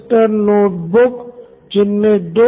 professor तो ये प्रकरण स्कूल के हिसाब से हुआ